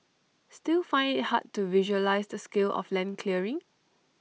still find IT hard to visualise the scale of land clearing